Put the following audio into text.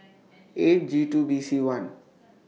eight G two B C one